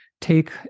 take